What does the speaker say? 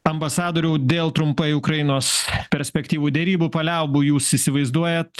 ambasadoriau dėl trumpai ukrainos perspektyvų derybų paliaubų jūs įsivaizduojat